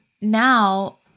now